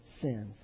sins